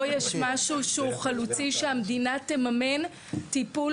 פה יש משהו שהוא חלוצי שהמדינה תממן טיפול